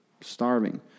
starving